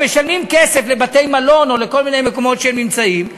הם משלמים כסף לבתי-מלון או לכל מיני מקומות שהם נמצאים בהם,